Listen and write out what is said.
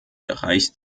reicht